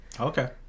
Okay